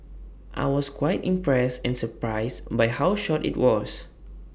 I was quite impressed and surprised by how short IT was